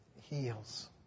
heals